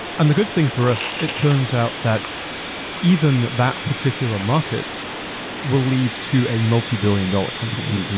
and the good thing for us, it turns out that even that particular market will lead to a multibillion dollar company.